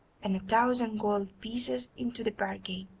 and a thousand gold pieces into the bargain,